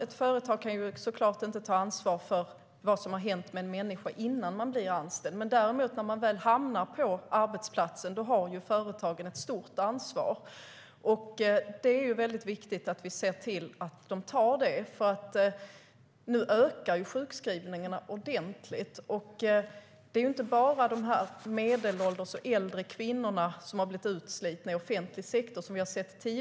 Ett företag kan såklart inte ta ansvar för vad som har hänt med en människa innan han eller hon blir anställd. När man hamnar på arbetsplatsen har företagen däremot ett stort ansvar. Det är viktigt att vi ser till att de tar det, för nu ökar sjukskrivningarna ordentligt. Det är inte bara de medelålders och äldre kvinnorna som vi har sett tidigare, som har blivit utslitna i offentlig sektor.